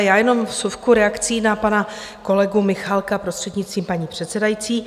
Já jenom vsuvku, reakci na pana kolegu Michálka, prostřednictvím paní předsedající.